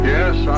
Yes